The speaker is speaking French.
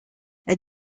elle